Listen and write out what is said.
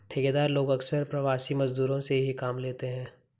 ठेकेदार लोग अक्सर प्रवासी मजदूरों से ही काम लेते हैं